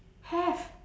have